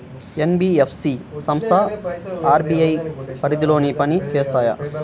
NBFC సంస్థలు RBI పరిధిలోనే పని చేస్తాయా?